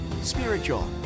spiritual